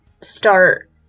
start